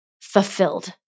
fulfilled